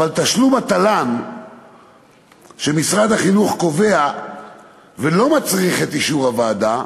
אבל תשלום התל"ן שמשרד החינוך קובע ולא מצריך את אישור הוועדה,